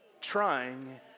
Trying